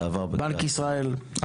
בנק ישראל --- זה עבר.